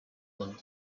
them